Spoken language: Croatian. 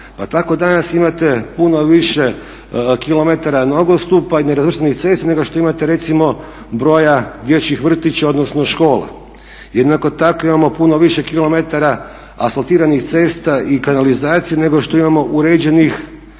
pa tako danas imate puno više kilometara nogostupa i nerazvrstanih cesta nego što imate recimo broja dječjih vrtića, odnosno škola. Jednako tako imamo puno više kilometara asfaltiranih cesta i kanalizacija nego što imamo uređenih,